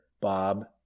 Bob